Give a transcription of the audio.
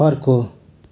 अर्को